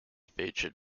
featured